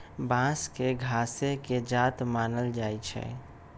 बांस के घासे के जात मानल जाइ छइ